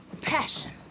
passion